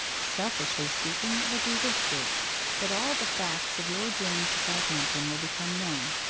selfishly speaking, it will do this good that all the facts of your journey to southampton will become known,